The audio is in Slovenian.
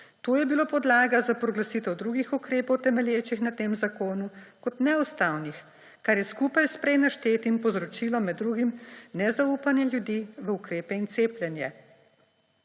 Tu je bila podlaga za proglasitev drugih ukrepov, temelječih na tem zakonu, kot neustavnih, kar je skupaj s prej naštetim povzročilo med drugim nezaupanje ljudi v ukrepe in cepljenje.